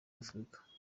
afurika